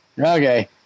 okay